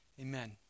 Amen